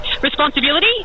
responsibility